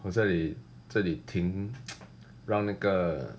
我这里这里停 让那个